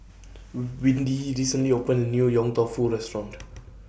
Windy recently opened A New Yong Tau Foo Restaurant